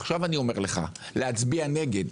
עכשיו אני אומר לך להצביע נגד.